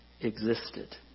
existed